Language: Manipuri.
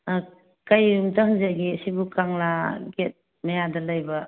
ꯀꯩꯒꯨꯝꯕ ꯑꯝꯇ ꯍꯪꯖꯒꯦ ꯁꯤꯕꯨ ꯀꯪꯂꯥ ꯒꯦꯠ ꯃꯌꯥꯗ ꯂꯩꯕ